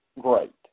great